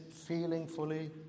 feelingfully